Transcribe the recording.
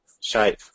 shape